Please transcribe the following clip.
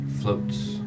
floats